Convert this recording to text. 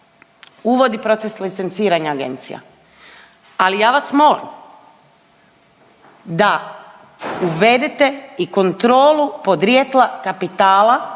uvodi proces licenciranja agencija. Ali ja vas molim da uvedete i kontrolu podrijetla kapitala